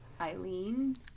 Eileen